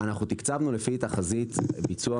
אנחנו תקצבנו לפי תחזית ביצוע.